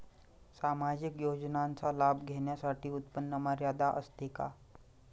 सामाजिक योजनांचा लाभ घेण्यासाठी उत्पन्न मर्यादा असते का?